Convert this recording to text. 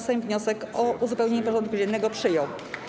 Sejm wniosek o uzupełnienie porządku dziennego przyjął.